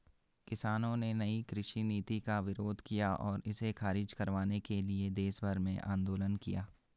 किसानों ने नयी कृषि नीति का विरोध किया और इसे ख़ारिज करवाने के लिए देशभर में आन्दोलन किया